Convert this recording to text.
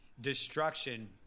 destruction –